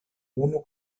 unu